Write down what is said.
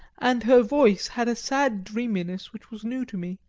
and her voice had a sad dreaminess which was new to me.